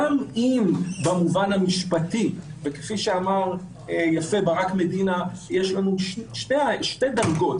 כפי שאמר יפה ברק מדינה, יש שתי דרגות.